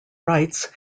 rights